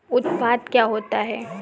उत्पाद क्या होता है?